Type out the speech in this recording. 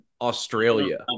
Australia